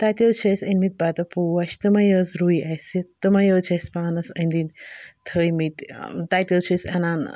تَتہِ حظ چھِ اَسہِ أنۍ مٕتۍ پَتہٕ پوش تٕمَے حظ رُوۍ اَسہِ تٕمَے حظ چھِ اَسہِ پانَس أنٛدۍ أنٛدۍ تھٔومٕتۍ تَتہِ حظ چھِ أسۍ اَنان